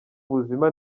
buzima